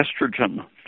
estrogen